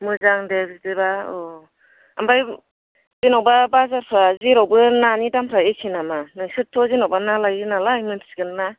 मोजां दे बिदिबा औ ओमफ्राय जेनेबा बाजारफ्रा जेरावबो नानि दामफ्रा एखे नामा नोंसोरथ' जेनेबा ना लायो नालाय मिन्थिगोन ना